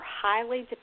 highly